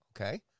Okay